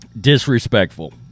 Disrespectful